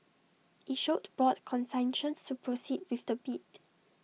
IT showed broad consensus to proceed with the bid